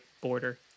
border